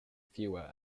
fewer